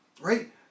right